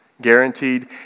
guaranteed